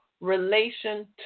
relation